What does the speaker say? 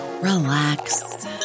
relax